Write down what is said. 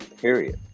period